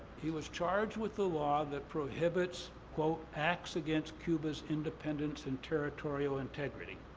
he was charged with a law that prohibits, quote, acts against cuba's independence and territorial integrity.